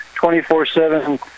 24-7